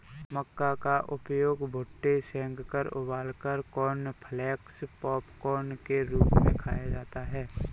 मक्का का उपयोग भुट्टे सेंककर उबालकर कॉर्नफलेक्स पॉपकार्न के रूप में खाया जाता है